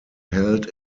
held